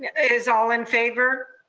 is all in favor?